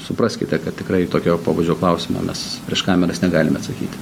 supraskite kad tikrai tokio pobūdžio klausimą mes prieš kameras negalim atsakyti